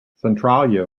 centralia